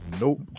Nope